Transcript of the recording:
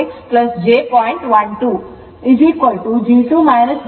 12 g 2 jb 2 g 2 0